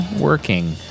working